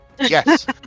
yes